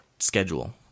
schedule